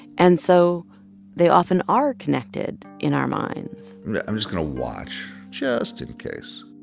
and so they often are connected in our minds i'm just going to watch just in case